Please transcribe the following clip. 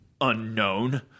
unknown